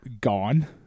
gone